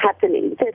happening